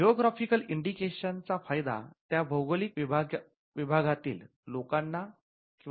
geographical indication चा फायदा त्या भौगोलिक विभागातील लोकांना किंवा समाजाला होत असतो